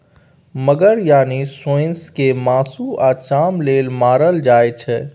मगर यानी सोंइस केँ मासु आ चाम लेल मारल जाइ छै